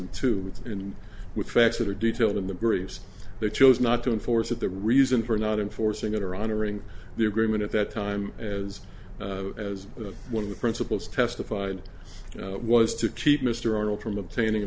and two and with facts that are detailed in the briefs they chose not to enforce it the reason for not enforcing it or honoring the agreement at that time as as one of the principals testified it was to keep mr arnold from obtaining a